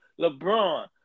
LeBron